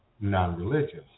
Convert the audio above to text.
non-religious